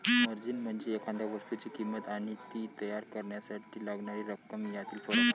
margin म्हणजे एखाद्या वस्तूची किंमत आणि ती तयार करण्यासाठी लागणारी रक्कम यातील फरक